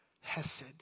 Hesed